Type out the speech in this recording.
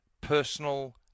personal